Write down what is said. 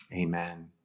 Amen